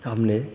हमने